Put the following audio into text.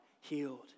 healed